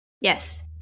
Yes